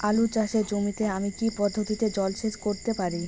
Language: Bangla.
আলু চাষে জমিতে আমি কী পদ্ধতিতে জলসেচ করতে পারি?